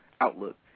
outlook